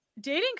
dating